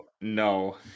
no